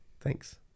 thanks